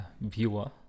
viewer